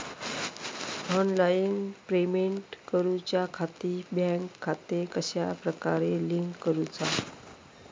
Online payment करुच्याखाती bank खाते कश्या प्रकारे लिंक करुचा?